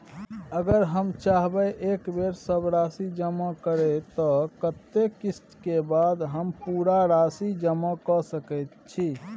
अगर हम चाहबे एक बेर सब राशि जमा करे त कत्ते किस्त के बाद हम पूरा राशि जमा के सके छि?